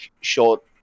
short